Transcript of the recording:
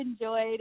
enjoyed